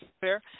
fair